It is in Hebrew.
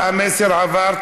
המסר עבר.